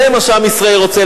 זה מה שעם ישראל רוצה,